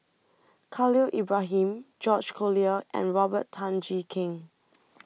Khalil Ibrahim George Collyer and Robert Tan Jee Keng